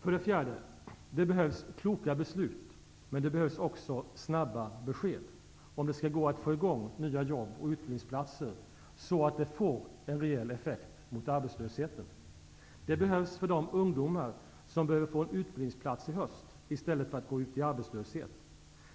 För det fjärde: Det behövs kloka beslut, men det behövs också snabba besked, om det skall gå att få i gång nya jobb och utbildningsplatser, så att det får en rejäl effekt mot arbetslösheten. Det behövs för de ungdomar som behöver få en utbildningsplats i höst, i stället för att gå ut i arbetslöshet.